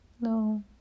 no